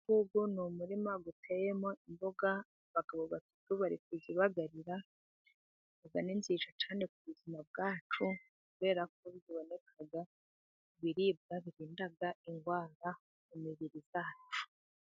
Uyu nguyu ni umurima uteyemo imboga, abagabo batatu bari kuzibagarira, imboga ni nziza cyane ku buzima bwacu, kubera ko ziboneka mu biribwa birinda indwara mu mibiri yacu.